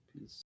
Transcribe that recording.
peace